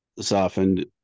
softened